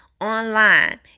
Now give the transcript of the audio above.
online